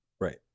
right